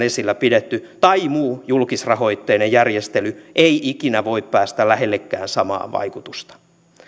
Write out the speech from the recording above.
esillä pidetty tai muu julkisrahoitteinen järjestely ei ikinä voi päästä lähellekään samaa vaikutusta